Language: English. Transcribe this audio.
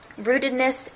Rootedness